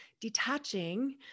detaching